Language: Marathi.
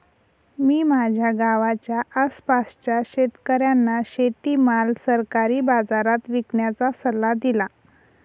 मी माझ्या गावाच्या आसपासच्या शेतकऱ्यांना शेतीमाल सरकारी बाजारात विकण्याचा सल्ला दिला